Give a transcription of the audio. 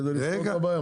כדי לפתור את הבעיה.